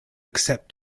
accept